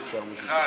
היה,